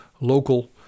local